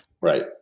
Right